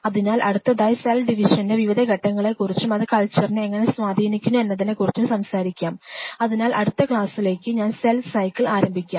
അതിനാൽ അടുത്തതായി സെൽ ഡിവിഷന്റെ വിവിധ ഘട്ടങ്ങളെക്കുറിച്ചും അത് കൾച്ചറിനെ എങ്ങനെ സ്വാധീനിക്കുന്നു എന്നതിനെക്കുറിച്ചും സംസാരിക്കും അതിനാൽ അടുത്ത ക്ലാസ്സിൽ ഞാൻ സെൽ സൈക്കിൾ ആരംഭിക്കാം